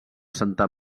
santa